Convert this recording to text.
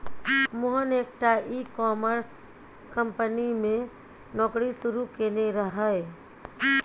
मोहन एकटा e commerce company मे नौकरी शुरू केने रहय